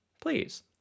Please